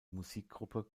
musikgruppe